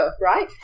right